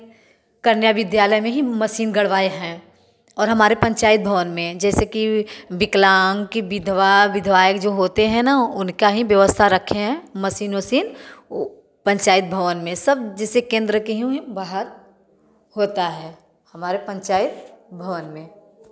कन्या विद्यालय में ही मसीन गड़वाए हैं और हमारे पंचायत भवन में जैसे कि विकलांग की विधवा विधवाए जो होते हैं न उनका ही व्यवस्था रखें हैं मसीन उसीन वह पंचायत भवन में सब जिसे केंद्र के ही बाहर होता है हमारे पंचायत भवन में